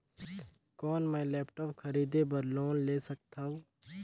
कौन मैं लेपटॉप खरीदे बर लोन ले सकथव?